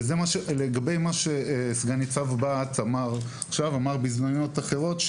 לגבי מה שסגן ניצב בהט אמר בהזדמנויות אחרות.